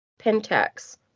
Pentax